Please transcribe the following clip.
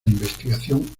investigación